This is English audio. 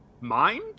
mind